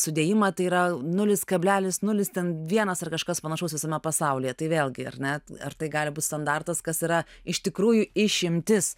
sudėjimą tai yra nulis kablelis nulis ten vienas ar kažkas panašaus visame pasaulyje tai vėlgi ar ne ar tai gali būt standartas kas yra iš tikrųjų išimtis